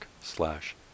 slash